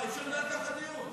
מה, אי-אפשר לנהל ככה את הדיון.